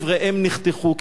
איבריהם נחתכו,